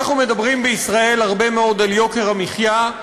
אנחנו מדברים בישראל הרבה מאוד על יוקר המחיה,